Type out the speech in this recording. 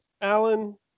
Alan